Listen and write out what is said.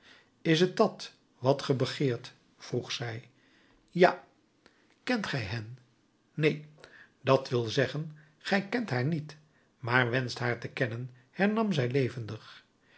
is het dat wat ge begeert vroeg zij ja kent gij hen neen dat wil zeggen gij kent haar niet maar wenscht haar te kennen hernam zij levendig